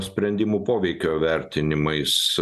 sprendimų poveikio vertinimais